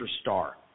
star